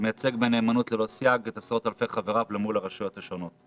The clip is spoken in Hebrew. שמייצג בנאמנות ללא סייג את עשרות אלפי חבריו אל מול הרשויות השונות.